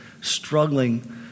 struggling